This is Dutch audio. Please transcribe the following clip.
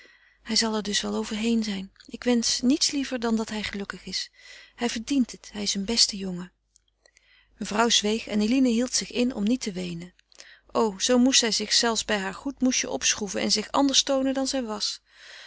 hij zal er dus wel overheen zijn ik wensch niets liever dan dat hij gelukkig is hij verdient het het is een beste jongen mevrouw zweeg en eline hield zich in om niet te weenen o zoo moest zij zich zelfs bij haar goed moesje opschroeven en zich anders toonen dan zij was